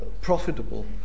profitable